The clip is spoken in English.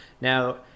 Now